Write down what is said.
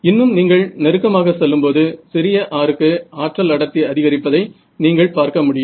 இன்னும் நீங்கள் நெருக்கமாக செல்லும்போது சிறிய r க்கு ஆற்றல் அடர்த்தி அதிகரிப்பதை நீங்கள் பார்க்க முடியும்